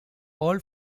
all